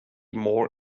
more